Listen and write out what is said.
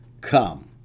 come